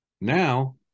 Now